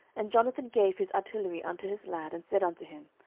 and jonathan gave his artillery unto his lad, and said unto him,